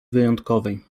wyjątkowej